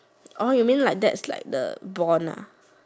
orh you mean like that is the bond ah